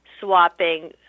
swapping